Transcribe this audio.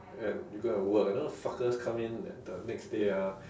and you go and work you know fuckers come in then the next day ah